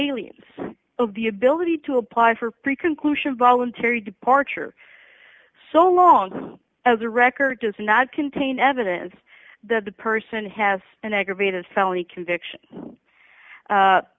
aliens of the ability to apply for free conclusion voluntary departure so long as the record does not contain evidence that the person has an aggravated felony conviction